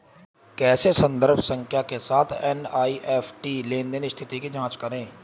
कैसे संदर्भ संख्या के साथ एन.ई.एफ.टी लेनदेन स्थिति की जांच करें?